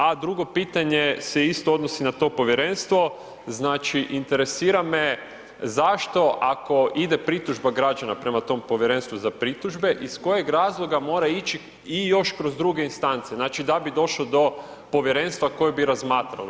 A drugo pitanje se isto odnosi na to povjerenstvo, znači interesira me, zašto, ako ide pritužba građana prema tom povjerenstvu za pritužbe, iz kojeg razloga mora ići i još kroz druge instance, da bi došao do povjerenstva koje bi razmatralo.